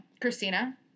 Christina